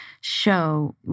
show